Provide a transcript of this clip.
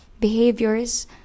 behaviors